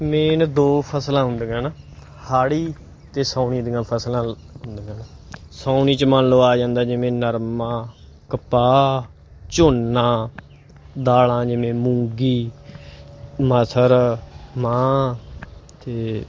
main ਦੋ ਫਸਲਾਂ ਹੁੰਦੀਆਂ ਹੈ ਨਾ ਹਾੜ੍ਹੀ ਅਤੇ ਸਾਉਣੀ ਦੀਆਂ ਫਸਲਾਂ ਹੁੰਦੀਆਂ ਹਨ ਸਾਉਣੀ 'ਚ ਮੰਨ ਲਓ ਆ ਜਾਂਦਾ ਜਿਵੇਂ ਨਰਮਾ ਕਪਾਹ ਝੋਨਾ ਦਾਲਾਂ ਜਿਵੇਂ ਮੂੰਗੀ ਮਸਰ ਮਾਂਹ ਅਤੇ